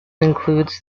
includes